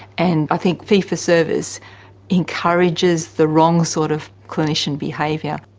and i think fee for service encourages the wrong sort of clinician behaviour.